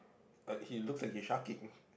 but he looks like he's sharking